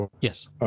Yes